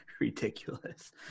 ridiculous